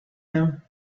him